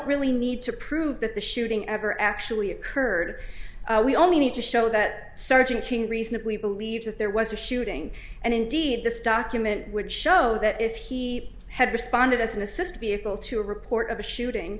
really need to prove that the shooting ever actually occurred we only need to show that sergeant can reasonably believe that there was a shooting and indeed this document would show that if he had responded as an assist be able to report of a shooting